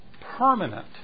permanent